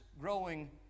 growing